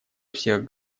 всех